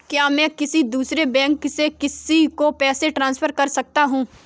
क्या मैं किसी दूसरे बैंक से किसी को पैसे ट्रांसफर कर सकता हूँ?